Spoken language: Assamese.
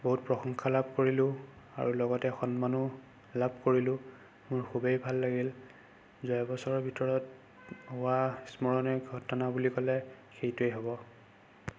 বহুত প্ৰশংসা লাভ কৰিলোঁ আৰু লগতে সন্মানো লাভ কৰিলোঁ মোৰ খুবেই ভাল লাগিল যোৱা বছৰৰ ভিতৰত হোৱা স্মৰণীয় ঘটনা বুলি ক'লে সেইটোৱেই হ'ব